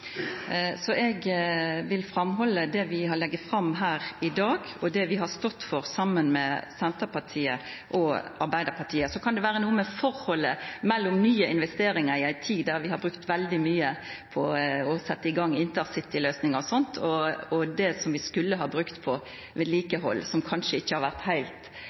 så eg vil halda fram det vi legg fram her i dag, og det vi har stått for saman med Senterpartiet og Arbeidarpartiet. Så kan det vera noko med forholdet mellom nye investeringar – i ei tid der vi har brukt veldig mykje på å setja i gang intercityløysingar osv. – og det som vi skulle ha brukt på vedlikehald, som kanskje ikkje har vore heilt